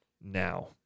now